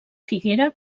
figuera